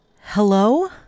Hello